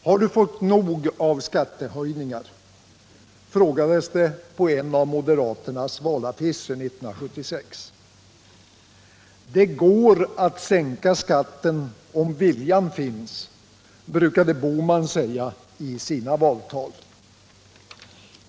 Har du fått nog av skattehöjningar? frågades på en av moderaternas valaffischer 1976. Det går att sänka skatten om viljan finns, brukade Gösta Bohman säga i sina valtal.